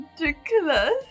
ridiculous